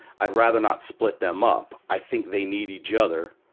i'd rather not split them up. i think they need each other,